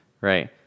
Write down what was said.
Right